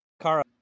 Kara